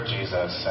Jesus